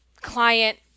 client